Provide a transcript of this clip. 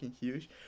huge